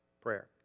Prayer